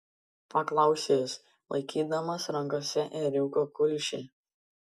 paklausė jis laikydamas rankose ėriuko kulšį